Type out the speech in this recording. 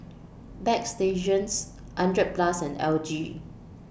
Bagstationz hundred Plus and L G